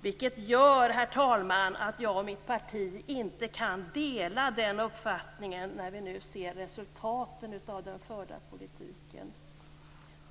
Jag och mitt parti kan inte, herr talman, dela den uppfattningen när vi nu ser resultaten av den förda politiken.